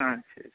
ᱟᱪᱪᱷᱟ ᱟᱪᱪᱷᱟ